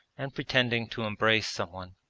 and pretending to embrace someone.